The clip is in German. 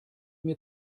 mir